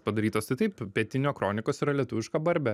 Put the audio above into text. padarytos tai taip pietinio kronikos yra lietuviška barbė